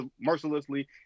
mercilessly